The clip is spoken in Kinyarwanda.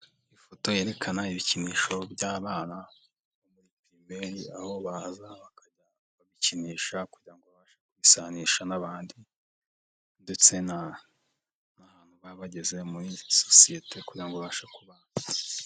Ifoto yerekana ibikinisho by'abana muri primary aho baza bakajya babikinisha kugira ngo babashe kwisanisha n'abandi ndetse ahantu baba bageze muri sosiyete kugira babashe kubana.